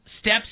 steps